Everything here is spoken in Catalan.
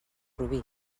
rubí